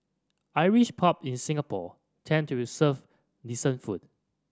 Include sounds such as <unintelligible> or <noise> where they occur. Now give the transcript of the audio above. Irish pub in Singapore tend to <unintelligible> decent food